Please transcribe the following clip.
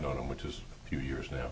known him which is a few years now